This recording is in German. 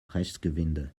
rechtsgewinde